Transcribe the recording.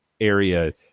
area